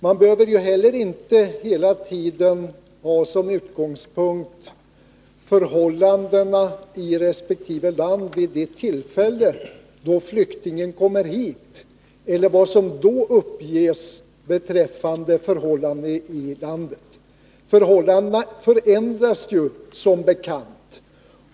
Inte heller behöver man hela tiden ha som utgångspunkt förhållandena i resp. land vid det tillfälle då flyktingen kommer hit eller vad som då uppges beträffande förhållandena i resp. Förhållandena förändras som bekant.